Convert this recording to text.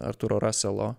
artūro raselo